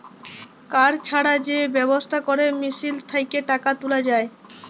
card ছাড়া যে ব্যবস্থা ক্যরে মেশিল থ্যাকে টাকা তুলা যায়